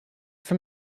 from